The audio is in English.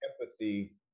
empathy